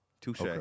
Touche